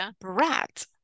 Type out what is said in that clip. brat